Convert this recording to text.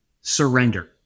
surrender